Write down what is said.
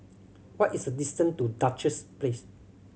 what is the distance to Duchess Place